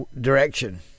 direction